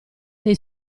dei